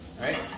right